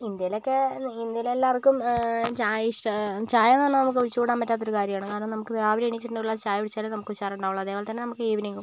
ഇന്ത്യയിലൊക്കെ ഇന്ത്യയിൽ എല്ലാവർക്കും ചായ ഇഷ്ടമാണ് ചായ എന്ന് പറയുന്നത് നമുക്ക് ഒഴിച്ച് കൂടാൻ പറ്റാത്ത ഒരു കാര്യമാണ് കാരണം നമുക്ക് രാവിലെ എണീറ്റ് ഒരു ഗ്ലാസ് ചായ കുടിച്ചാലേ നമുക്ക് ഉഷാറുണ്ടാകുകയുള്ളൂ അതേപോലെത്തന്നെ നമുക്ക് ഈവനിംഗും